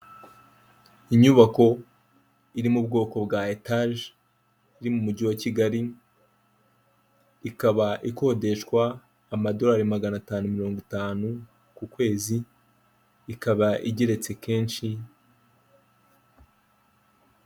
Inyubako iri mu bwoko bwa etaje, iri mu mujyi wa Kigali, ikaba ikodeshwa amadolari magana atanu mirongo itanu ku kwezi, ikaba igeretse kenshi.